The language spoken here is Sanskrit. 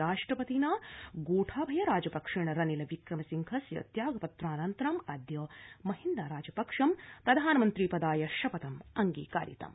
राष्ट्रपतिना गोठाभय राजपक्षेण रनिल विक्रमसिंघस्य त्यागपत्राननन्तरमदय महिन्द्रा राजपक्षं प्रधानमन्त्रिपदाय शपथम् अंगीकारितम